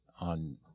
on